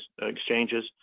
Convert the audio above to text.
exchanges